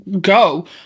go